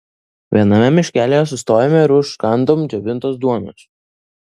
viename miškelyje sustojome ir užkandom džiovintos duonos